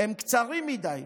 הם קצרים מדי,